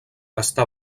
està